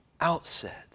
outset